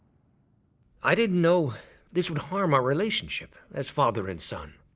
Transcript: i didn't know this would harm our relationship as father and son.